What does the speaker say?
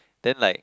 then like